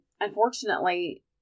unfortunately